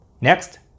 Next